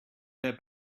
their